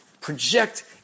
project